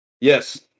Yes